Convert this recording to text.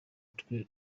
twe